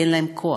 כי אין להם כוח,